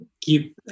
keep